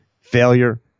failure